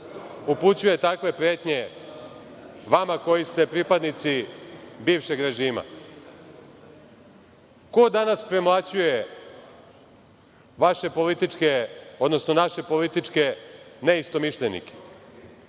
upućuje takve pretnje vama koji ste pripadnici bivšeg režima? Ko danas premlaćuje vaše političke, odnosno naše političke ne istomišljenike?